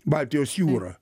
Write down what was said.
baltijos jūra